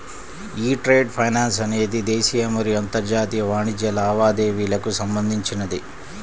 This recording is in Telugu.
యీ ట్రేడ్ ఫైనాన్స్ అనేది దేశీయ మరియు అంతర్జాతీయ వాణిజ్య లావాదేవీలకు సంబంధించినది